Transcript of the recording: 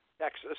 Texas